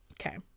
okay